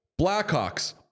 Blackhawks